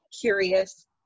curious